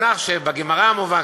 המונח שבגמרא מובא,